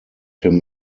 him